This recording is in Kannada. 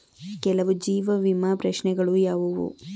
ಕೆಲವು ಜೀವ ವಿಮಾ ಪ್ರಶ್ನೆಗಳು ಯಾವುವು?